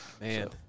Man